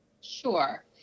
Sure